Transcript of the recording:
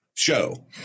show